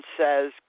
says